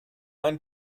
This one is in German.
ein